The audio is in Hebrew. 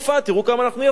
תראו כמה אנחנו יפים,